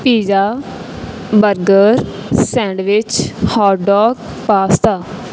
pizza burger sandwich hot dog pasta